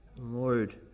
Lord